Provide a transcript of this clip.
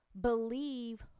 believe